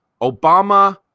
Obama